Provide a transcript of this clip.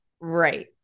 Right